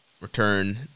return –